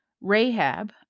Rahab